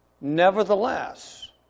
Nevertheless